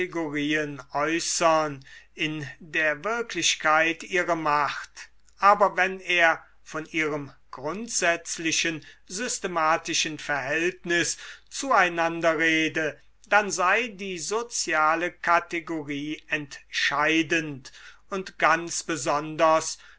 in der wirklichkeit ihre macht aber wenn er von ihrem grundsätzlichen systematischen verhältnis zu einander rede dann sei die soziale kategorie entscheidend und ganz besonders